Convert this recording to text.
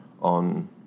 on